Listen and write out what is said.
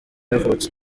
yavutse